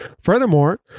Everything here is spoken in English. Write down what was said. furthermore